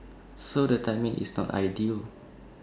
so the timing is not ideal